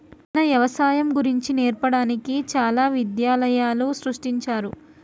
మన యవసాయం గురించి నేర్పడానికి చాలా విద్యాలయాలు సృష్టించారు